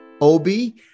Obi